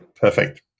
Perfect